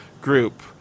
group